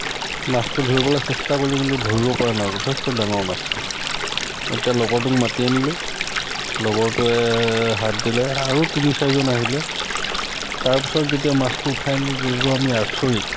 মাছটো ধৰিবলৈ চেষ্টা কৰিলোঁ কিন্তু ধৰিব পৰা নাই যথেষ্ট ডাঙৰ মাছ মই তেতিয়া লগৰটোক মাতি আনিলোঁ লগৰটোৱে হাত দিলে আৰু তিনি চাৰিজন আহিলে তাৰ পিছত যেতিয়া মাছটো উঠাই আনিলোঁ তেতিয়াটো আমি আচৰিত